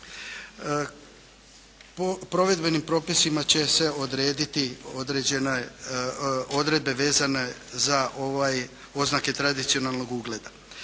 32. provedbenim propisima će se odrediti određene odredbe vezane za oznake tradicionalnog ugleda.